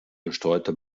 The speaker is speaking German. gesteuerte